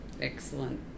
Excellent